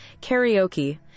karaoke